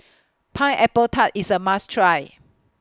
Pineapple Tart IS A must Try